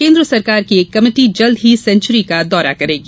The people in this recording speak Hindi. केन्द्र सरकार की एक कमेटी जल्द ही सेन्वुरी का दौरा करेगी